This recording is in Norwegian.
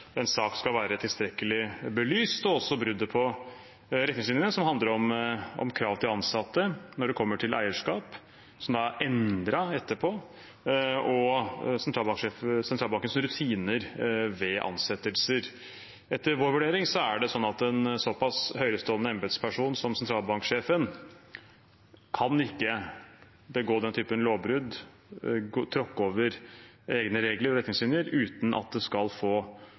en sak skal være tilstrekkelig belyst, og også bruddet på retningslinjene som handler om krav til ansatte når det kommer til eierskap, som da er endret etterpå, og sentralbanksjefens rutiner ved ansettelser. Etter vår vurdering er det slik at en såpass høytstående embetsperson som sentralbanksjefen ikke kan begå den typen lovbrudd og tråkke over egne regler og retningslinjer uten at det skal få